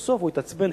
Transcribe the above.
בסוף הוא התעצבן,